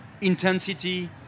intensity